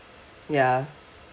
ya